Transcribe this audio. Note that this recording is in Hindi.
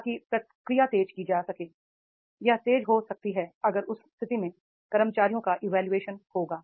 ताकि प्रक्रिया तेज हो सके यह तेज हो सकती है अगर उस स्थिति में कर्मचारियों का इवोल्यूशन होगा